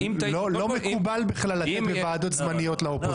לא מקובל בכלל לתת בוועדות זמניות לאופוזיציה.